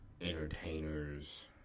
entertainers